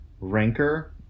Ranker